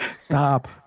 Stop